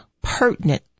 pertinent